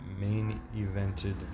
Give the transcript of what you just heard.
main-evented